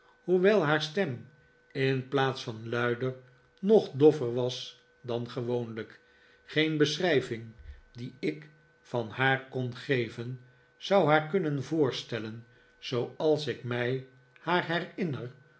hoewel haar stem in plaats van luider nog doffer was dan gewoonlijk geen beschrijving die ik van haar kon geven zou haar kunnen vdorstellen zooals ik mij haar herinner